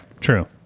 true